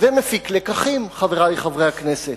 ומפיק לקחים, חברי חברי הכנסת.